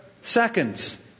seconds